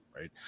right